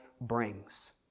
brings